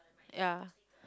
ya